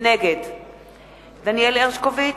נגד דניאל הרשקוביץ,